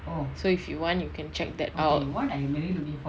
so if you want you can check that out